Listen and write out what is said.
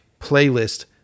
playlist